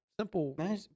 simple